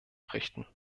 richten